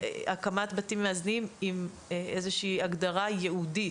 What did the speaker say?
הקמת בתים מאזנים עם איזושהי הגדרה ייעודית.